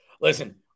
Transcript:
Listen